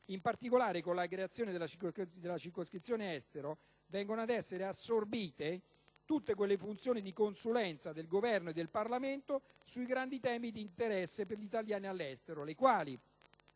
In particolare, con la creazione della circoscrizione Estero, vengono assorbite tutte le funzioni di consulenza del Governo e del Parlamento sui grandi temi di interesse per gli italiani all'estero che, a